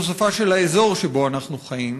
זו שפה של האזור שבו אנחנו חיים,